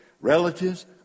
relatives